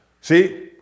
See